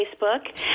Facebook